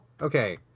Okay